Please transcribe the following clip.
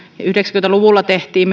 yhdeksänkymmentä luvulla tehtiin